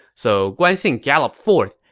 so guan xing galloped forth.